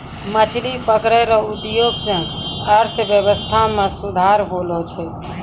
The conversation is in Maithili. मछली पकड़ै रो उद्योग से अर्थव्यबस्था मे सुधार होलो छै